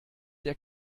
der